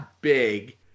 big